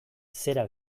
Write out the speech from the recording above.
zera